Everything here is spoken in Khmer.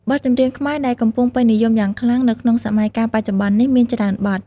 បទចម្រៀងខ្មែរដែលកំពុងពេញនិយមយ៉ាងខ្លាំងនៅក្នុងសម័យកាលបច្ចុប្បន្ននេះមានច្រើនបទ។